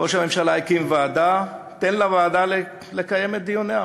ראש הממשלה הקים ועדה, תן לוועדה לקיים את דיוניה.